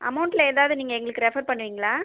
அமௌண்ட்டில் எதாவது நீங்கள் எங்களுக்கு ரெஃபர் பண்ணுவீங்களா